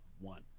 one